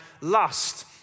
lust